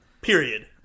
Period